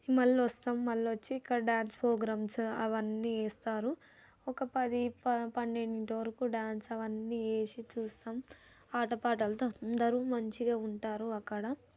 మళ్ళీ వస్తాం మళ్ళీ వచ్చి ఇక్కడ డాన్స్ ప్రోగ్రామ్స్ అవన్నీ వేస్తారు ఒక పది పన్నెండింటి వరకు డాన్స్ అవన్నీ వేసి చూస్తాం ఆటపాటలతో అందరూ మంచిగా ఉంటారు అక్కడ